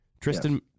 Tristan